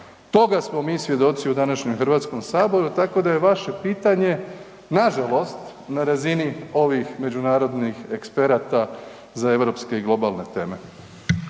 Toga smo mi svjedoci u današnjem Hrvatskome saboru, tako da je vaše pitanja nažalost na razini ovih međunarodnih eksperata za europske i globalne teme.